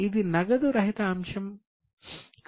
ఇది నగదు రహిత అంశం